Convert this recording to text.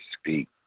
speak